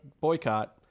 boycott